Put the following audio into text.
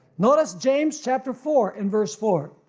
notice james chapter four in verse four.